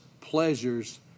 pleasures